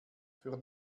für